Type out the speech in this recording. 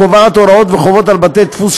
הקובעת הוראות וחובות על בתי-דפוס,